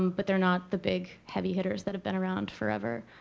but they're not the big heavy hitters that have been around forever.